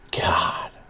God